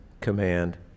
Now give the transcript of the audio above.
command